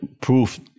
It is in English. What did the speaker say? proof